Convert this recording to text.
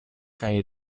kaj